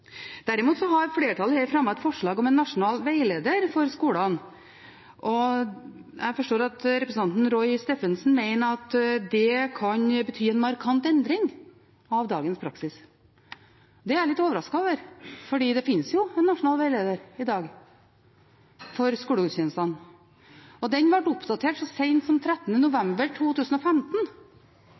Derimot har flertallet fremmet et forslag om en nasjonal veileder for skolene. Jeg forstår at representanten Roy Steffensen mener at det kan bety en markant endring av dagens praksis. Det er jeg litt overrasket over, for det finnes jo en nasjonal veileder i dag for skolegudstjenester. Den ble oppdatert så sent som 13. november 2015.